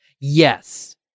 Yes